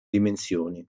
dimensioni